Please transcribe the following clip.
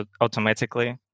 automatically